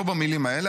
לא במילים האלה,